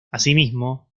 asimismo